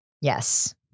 Yes